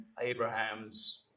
Abraham's